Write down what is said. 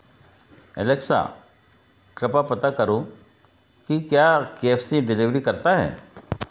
Alexa कृपया पता करो कि क्या के एफ सी डेलेवरी करता है